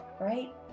right